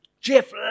Jeff